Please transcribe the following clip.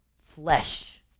flesh